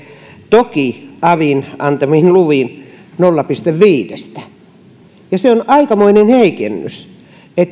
toki avin antamin luvin nolla pilkku viidestä se on aikamoinen heikennys